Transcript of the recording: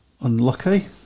Unlucky